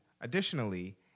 additionally